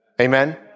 Amen